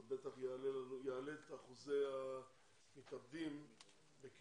זה בטח יעלה את אחוזי המתאבדים מקרב